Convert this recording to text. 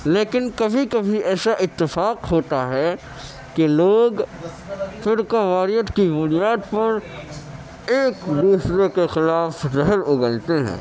لیکن کبھی کبھی ایسا اتفاق ہوتا ہے کہ لوگ فرقہ واریت کی بنیاد پر ایک دوسرے کے خلاف زہر اگلتے ہیں